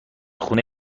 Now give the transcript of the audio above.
خونه